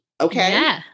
okay